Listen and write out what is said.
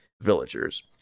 villagers